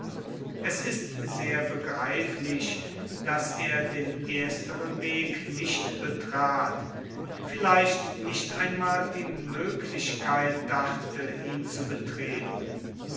es ist sehr begreiflich daß er den ersteren weg nicht betrat vielleicht nicht einmal die möglichkeit dachte ihn zu betreten